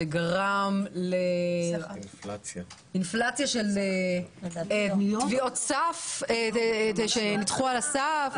גרם לאינפלציה של תביעות שנדחו על הסף,